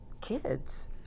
kids